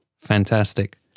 Fantastic